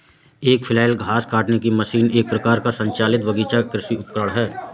एक फ्लैल घास काटने की मशीन एक प्रकार का संचालित बगीचा कृषि उपकरण है